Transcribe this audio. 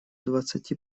двадцати